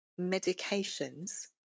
medications